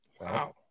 Wow